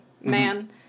man